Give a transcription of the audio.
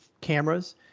cameras